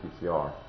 PCR